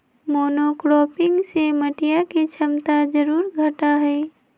monocropping से मटिया के क्षमता जरूर घटा हई